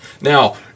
Now